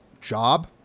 job